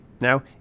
Now